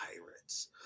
pirates